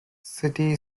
city